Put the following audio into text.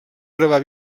gravar